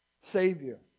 Savior